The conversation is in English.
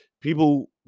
People